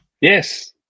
yes